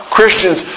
Christians